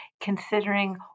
considering